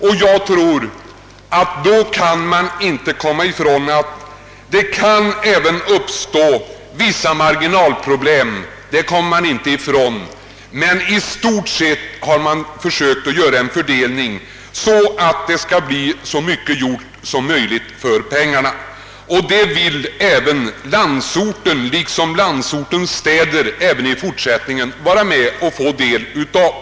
Vissa marginalproblem måste uppstå, det kan man inte komma ifrån, men 1 stort sett har man försökt göra en sådan fördelning att man får mesta möjliga valuta för pengarna. Landsorten vill i fortsättningen liksom hittills få sin del vid fördelningen.